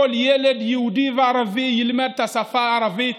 ילד יהודי וערבי ילמד את השפה הערבית,